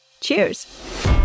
cheers